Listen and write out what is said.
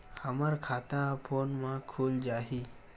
हमर खाता ह फोन मा खुल जाही?